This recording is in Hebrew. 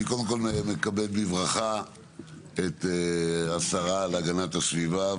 אני קודם כל מתכבד בברכה את השרה להגנת הסביבה.